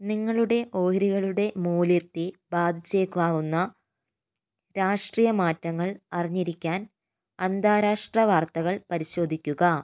നിങ്ങളുടെ ഓഹരികളുടെ മൂല്യത്തെ ബാധിച്ചേക്കാവുന്ന രാഷ്ട്രീയ മാറ്റങ്ങൾ അറിഞ്ഞിരിക്കാൻ അന്താരാഷ്ട്ര വാർത്തകൾ പരിശോധിക്കുക